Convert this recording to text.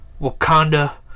Wakanda